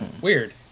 Weird